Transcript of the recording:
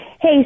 Hey